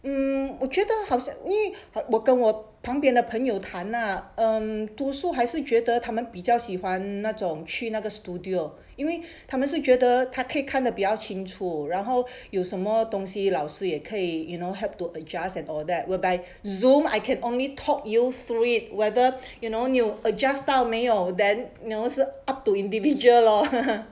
mm 我觉得好像因为我跟我旁边的朋友谈 nah um 读书还是觉得他们比较喜欢那种去那个 studio 因为他们是觉得它可以看的比较清楚然后有什么东西老师也可以 you know help to adjust and all that whereby zoom I can only talk you through it whether you know 你有 adjust 到没有 then you know 是 up to individual lor